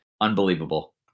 unbelievable